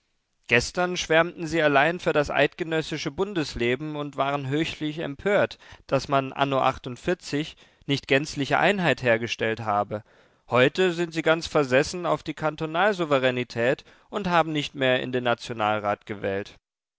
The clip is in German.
gestern schwärmten sie allein für das eidgenössische bundesleben und waren höchlich empört daß man anno achtundvierzig nicht gänzliche einheit hergestellt habe heute sind sie ganz versessen auf die kantonalsouveränität und haben nicht mehr in den nationalrat gewählt